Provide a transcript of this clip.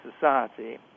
Society